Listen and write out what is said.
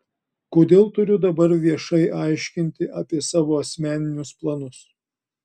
kodėl turiu dabar viešai aiškinti apie savo asmeninius planus